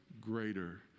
greater